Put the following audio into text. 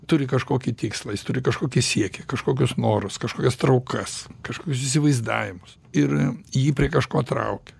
turi kažkokį tikslą jis turi kažkokį siekį kažkokius norus kažkokias traukas kažkokius įsivaizdavimus ir jį prie kažko traukia